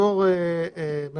אנחנו